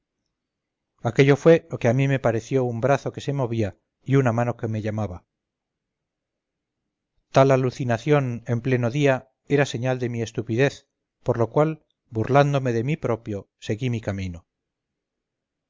aquello fue lo que a mí me pareció un brazo que se movía y una mano que me llamaba tal alucinación en pleno día era señal de mi estupidez por lo cual burlándome de mí propio seguí mi camino